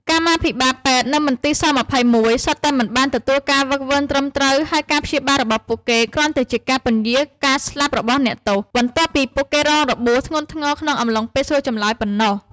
កម្មាភិបាលពេទ្យនៅមន្ទីរស-២១ សុទ្ធតែមិនបានទទួលការហ្វឹកហ្វឺនត្រឹមត្រូវ ហើយការព្យាបាលរបស់ពួកគេគ្រាន់តែជាការពន្យារការស្លាប់របស់អ្នកទោស បន្ទាប់ពីពួកគេរងរបួសធ្ងន់ធ្ងរក្នុងអំឡុងពេលសួរចម្លើយប៉ុណ្ណោះ។